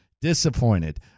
Disappointed